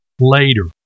later